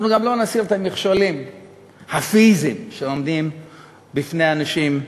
אנחנו גם לא נסיר את המכשולים הפיזיים שעומדים בפני אנשים,